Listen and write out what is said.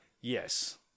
yes